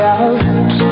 out